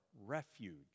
refuge